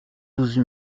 douze